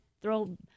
throw